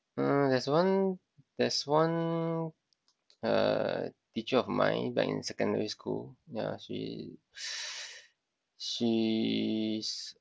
uh there's one there's one uh teacher of mine back in secondary school ya she she's